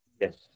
Yes